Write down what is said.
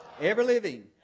ever-living